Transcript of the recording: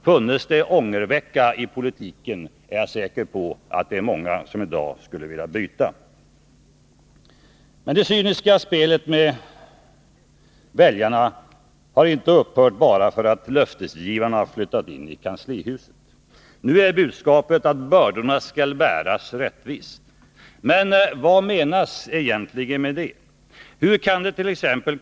Funnes det ångervecka i politiken, är jag säker på att många i dag skulle vilja byta. Men det cyniska spelet med väljarna har inte upphört bara därför att löftesgivarna har flyttat in i kanslihuset. Nu är budskapet att bördorna skall bäras rättvist. Men vad menas egentligen med det? Hur kan dett.ex.